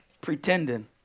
pretending